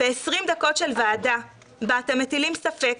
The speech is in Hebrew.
ב-20 דקות של ועדה בה אתם מטילים ספק,